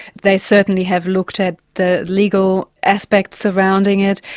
they certainly have looked at the legal aspects surrounding it,